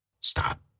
Stop